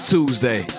Tuesday